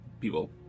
people